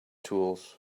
tools